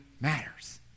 matters